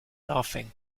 laughing